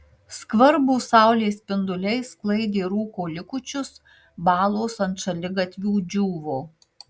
skvarbūs saulės spinduliai sklaidė rūko likučius balos ant šaligatvių džiūvo